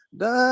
da